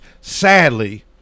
Sadly